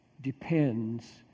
depends